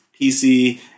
PC